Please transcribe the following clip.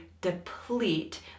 deplete